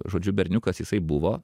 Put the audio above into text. žodžiu berniukas jisai buvo